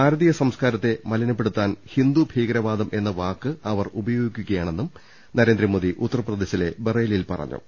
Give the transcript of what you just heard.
ഭാരതീയ സംസ്കാരത്തെ മലിനപ്പെടുത്താൻ ഹിന്ദു ഭീകരവാദം എന്ന വാക്ക് അവർ ഉപയോഗിക്കുകയാ ണെന്നും നരേന്ദ്രമോദി ഉത്തർപ്രദേശിലെ ബറേലിയിൽ പറ ഞ്ഞു